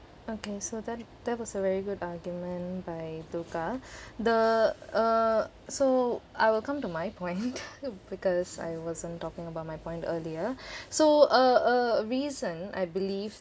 okay so that that was a very good argument by dhurga the uh so I will come to my point because I wasn't talking about my point earlier so a a reason I believe